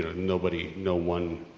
you know, no but you know one,